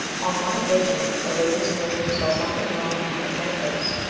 on one occasion, a lady's-maid saw something wrong in her head-dress,